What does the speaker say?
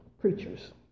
preachers